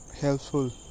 Helpful